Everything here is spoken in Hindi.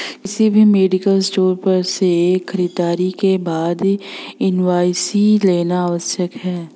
किसी भी मेडिकल स्टोर पर से खरीदारी के बाद इनवॉइस लेना आवश्यक है